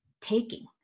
taking